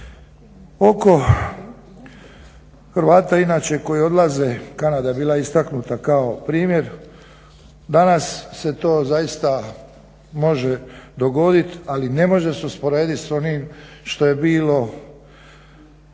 Oko Hrvata inače koji odlaze, Kanada je bila istaknuta kao primjer, danas se to zaista može dogoditi, ali ne može se usporedit s onim što je bilo